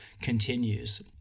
continues